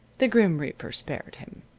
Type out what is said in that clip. the grim reaper spared him,